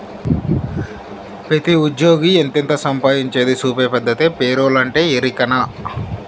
పెతీ ఉజ్జ్యోగి ఎంతెంత సంపాయించేది సూపే పద్దతే పేరోలంటే, ఎరికనా